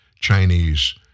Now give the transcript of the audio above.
Chinese